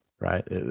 right